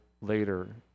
later